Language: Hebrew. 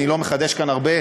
אני לא מחדש כאן הרבה.